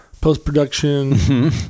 post-production